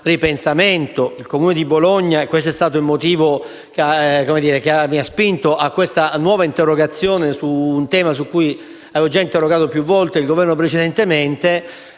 Il Comune di Bologna - è stato il motivo che mi ha spinto a presentare questa nuova interrogazione su un tema su cui avevo già interrogato più volte il Governo precedentemente